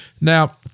now